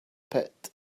pit